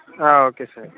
okay sir